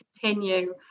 continue